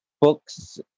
books